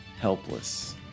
helpless